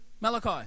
Malachi